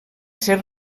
ser